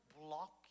block